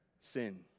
sin